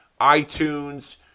iTunes